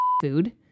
food